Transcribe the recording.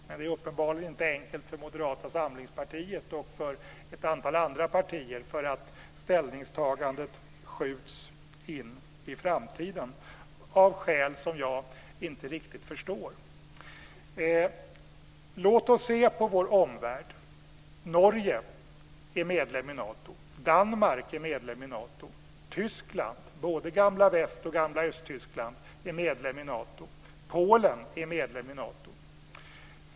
Men det är uppenbarligen inte enkelt för Moderata samlingspartiet och för ett antal andra partier. Ställningstagandet skjuts på framtiden av skäl som jag inte riktigt förstår. Låt oss se på vår omvärld. Norge är medlem i Nato. Danmark är medlem i Nato. Tyskland - både gamla Väst och gamla Östtyskland - är medlem i Nato. Polen är medlem i Nato.